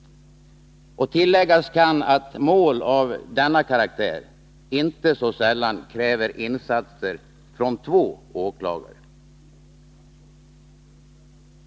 Tilläggas kan att mål av denna karaktär inte sällan kräver insatser från två åklagare.